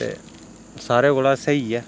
ते सारे कोला स्हेई ऐ